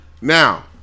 now